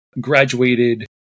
graduated